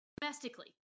domestically